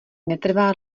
netrvá